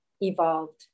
evolved